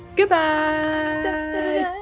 Goodbye